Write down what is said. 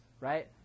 right